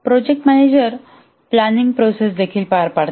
project manager planning process देखील पार पाडतात